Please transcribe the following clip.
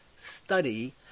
study